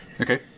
Okay